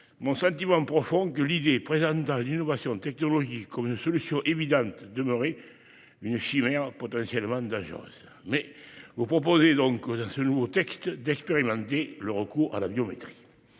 mon « sentiment profond que le fait de présenter l'innovation technologique comme une solution évidente demeure une chimère potentiellement dangereuse ». Et voilà que vous proposez dans ce nouveau texte d'expérimenter le recours à la biométrie.